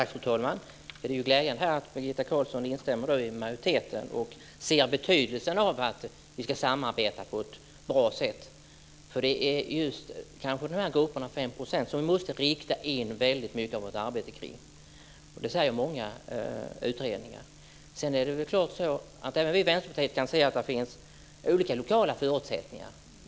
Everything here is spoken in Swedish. Fru talman! Det är glädjande att Birgitta Carlsson instämmer med majoriteten här och ser betydelsen av att vi ska samarbeta på ett bra sätt. Det är kanske just den här gruppen på 5 % som vi måste rikta in mycket av vårt arbete på. Det säger många utredningar. Även vi i Vänsterpartiet kan se att det självfallet finns olika lokala förutsättningar.